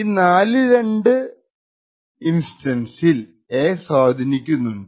ഈ നാലിൽ രണ്ട് ഇൻസ്റ്റൻസിൽ എ സ്വാധീനിക്കുന്നുണ്ട്